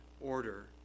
order